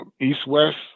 East-West